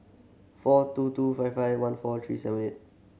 four two two five five one four three seven eight